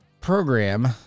program